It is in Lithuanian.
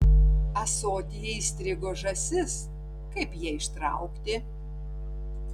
ąsotyje įstrigo žąsis kaip ją ištraukti